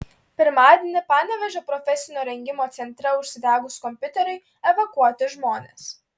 pirmadienį panevėžio profesinio rengimo centre užsidegus kompiuteriui evakuoti žmonės